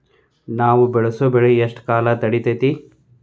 ನಾವು ಬೆಳಸೋ ಬೆಳಿ ಎಷ್ಟು ಕಾಲ ತಡೇತೇತಿ?